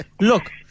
Look